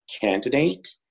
candidate